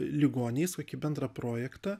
ligoniais kokį bendrą projektą